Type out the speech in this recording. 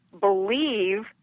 believe